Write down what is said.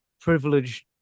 privileged